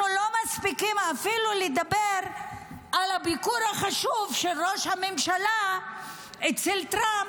אנחנו לא מספיקים אפילו לדבר על הביקור החשוב של ראש הממשלה אצל טראמפ,